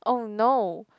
!oh no!